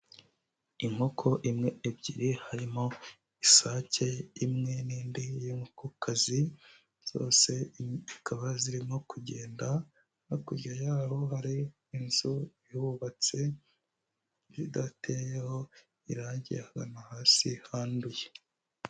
Inkoko imwe ebyiri harimo isake imwe n'indi y'inkokokazi zose zikaba zirimo kugenda, hakurya yaho hari inzu yubatse idateyeho irangi ahagana hasi handuye.